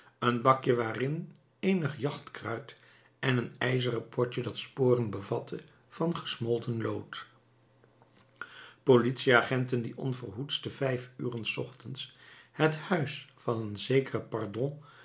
een bakje waarin eenig jachtkruit en een ijzeren potje dat sporen bevatte van gesmolten lood politieagenten die onverhoeds te vijf uren s ochtends het huis van een zekeren pardon